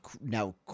now